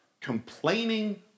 complaining